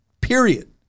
period